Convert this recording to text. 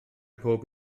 pob